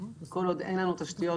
כל עוד אין לנו תשתיות,